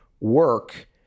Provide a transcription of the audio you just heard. work